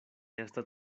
estas